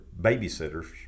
babysitters